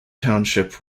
township